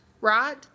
right